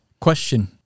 Question